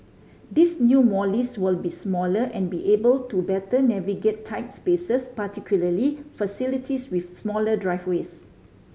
these new Mollies will be smaller and be able to better navigate tight spaces particularly facilities with smaller driveways